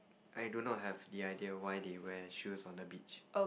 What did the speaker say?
I don't know have the idea why they wear shoes on the beach